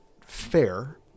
fair